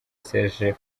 serge